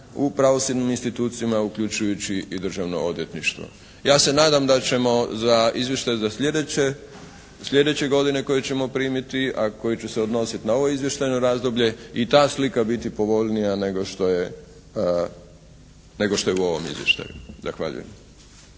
u pravosudnim institucijama uključujući i Državno odvjetništvo. Ja se nadam da ćemo za izvještaj sljedeće koji ćemo primiti, a koji će se odnositi na ovo izvještajno razdoblje i ta slika biti povoljnija nego što je u ovom izvještaju. Zahvaljujem.